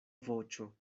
voĉo